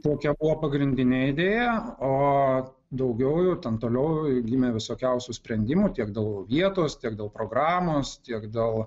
tokia buvo pagrindinė idėjo o daugiau jau ten toliau gimė visokiausių sprendimų tiek dėl vietos tiek dėl programos tiek dėl